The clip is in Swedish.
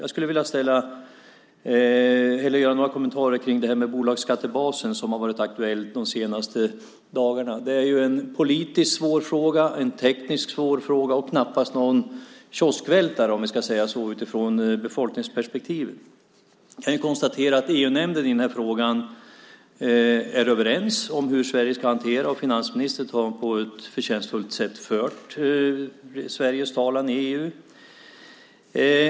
Jag vill kommentera frågan om bolagsskattebasen som har varit aktuell de senaste dagarna. Det är en politiskt och tekniskt svår fråga och det är knappast någon kioskvältare ur befolkningssynpunkt. Vi kan konstatera att EU-nämnden är överens om hur Sverige ska hantera frågan. Finansministern har på ett förtjänstfullt sätt fört Sveriges talan i EU.